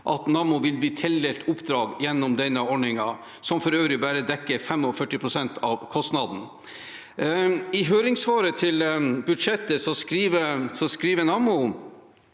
at Nammo vil bli tildelt oppdrag gjennom denne ordningen, som for øvrig bare dekker 45 pst. av kostnaden. I høringssvaret til budsjettet skriver